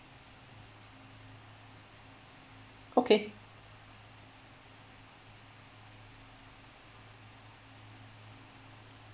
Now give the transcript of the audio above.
okay